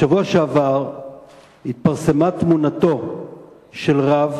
בשבוע שעבר התפרסמה תמונתו של רב